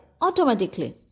automatically